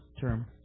term